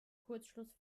kurzschluss